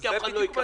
כי אף אחד לא יקרא.